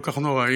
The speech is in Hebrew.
כל כך נוראיים,